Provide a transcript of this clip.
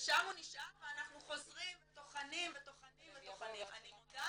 ושם הוא נשאר ואנחנו חוזרים וטוחנים וטוחנים וטוחנים.